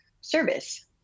service